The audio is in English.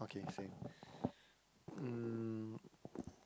okay same um